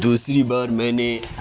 دوسری بار میں نے